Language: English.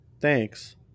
thanks